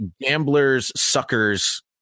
gamblers-suckers